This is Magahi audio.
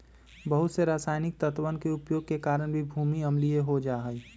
बहुत से रसायनिक तत्वन के उपयोग के कारण भी भूमि अम्लीय हो जाहई